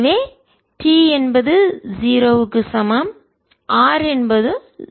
எனவே t என்பது 0 க்கு சமம் r என்பது 0 ஆகும்